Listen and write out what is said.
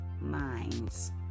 minds